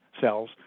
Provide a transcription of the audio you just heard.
cells